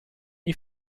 you